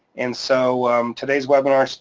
and so today's webinar,